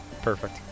Perfect